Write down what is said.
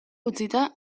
utzita